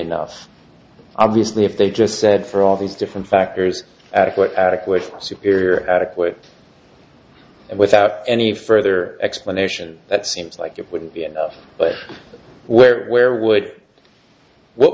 enough obviously if they just said for all these different factors at what adequate superior adequate and without any further explanation that seems like it would be but where where would what